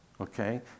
Okay